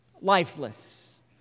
Lifeless